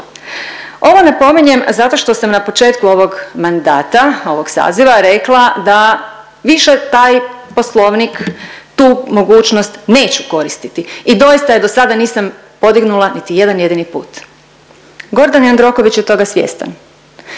Ovo napominjem zato što sam na početku ovog mandata, ovog saziva rekla da više taj Poslovnik tu mogućnost neću koristiti. I doista je do sada nisam podignula niti jedan jedini put. Gordan Jandroković je toga svjestan,